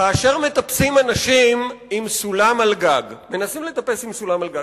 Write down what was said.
כאשר אנשים מנסים לטפס בסולם אל הגג,